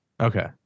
Okay